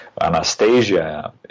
Anastasia